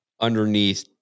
underneath